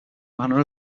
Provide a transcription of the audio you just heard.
manor